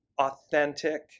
authentic